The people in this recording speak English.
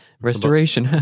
Restoration